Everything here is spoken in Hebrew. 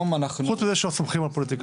חוץ מזה שלא סומכים על הפוליטיקאים.